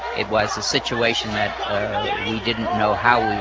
it was a situation that he didn't know how we